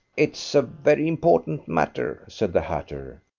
it's a very important matter, said the hatter.